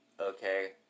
okay